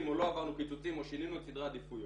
או לא עברנו קיצוצים או שינינו את סדרי העדיפויות,